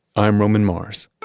i'm roman mars